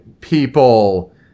people